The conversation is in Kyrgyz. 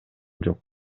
жок